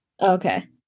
okay